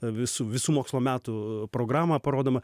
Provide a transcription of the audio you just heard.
visų visų mokslo metų programa parodoma